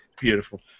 beautiful